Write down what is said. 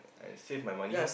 I save my money